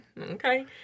Okay